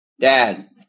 Dad